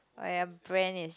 oh your brand is